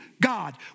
God